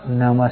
नमस्ते